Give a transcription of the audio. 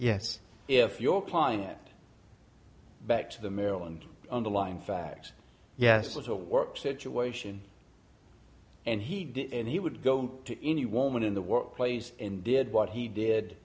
yes if your point back to the male and underlying facts yes it's a work situation and he and he would go to any woman in the workplace and did what he did